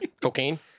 cocaine